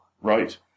right